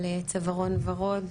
על צווארון ורוד,